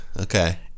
okay